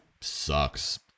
sucks